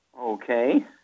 Okay